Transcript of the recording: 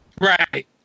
right